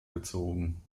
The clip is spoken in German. gezogen